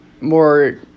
more